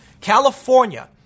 California